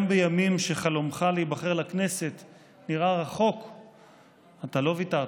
גם בימים שחלומך להיבחר לכנסת נראה רחוק אתה לא ויתרת.